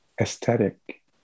aesthetic